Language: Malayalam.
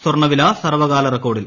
സ്വർണവില സർവ്വകാല റെക്കോർഡിൽ